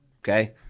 okay